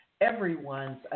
everyone's